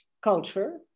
culture